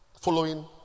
Following